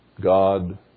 God